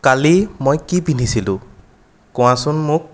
কালি মই কি পিন্ধিছিলোঁ কোৱাচোন মোক